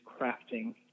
crafting